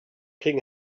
king